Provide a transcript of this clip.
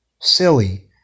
silly